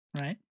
Right